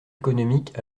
économiques